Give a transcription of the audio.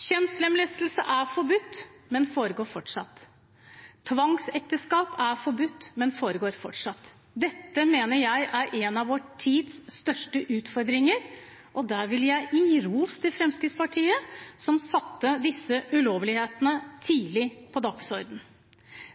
Kjønnslemlestelse er forbudt, men foregår fortsatt. Tvangsekteskap er forbudt, men foregår fortsatt. Dette mener jeg er en av vår tids største utfordringer, og der vil jeg gi ros til Fremskrittspartiet, som tidlig satte disse ulovlighetene på dagsordenen.